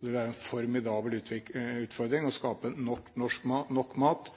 Det ville være en formidabel utfordring å skape nok mat